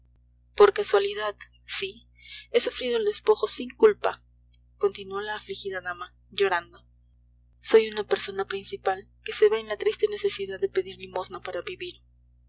por casualidad sí he sufrido el despojo sin culpa continuó la afligida dama llorando soy una persona principal que se ve en la triste necesidad de pedir limosna para vivir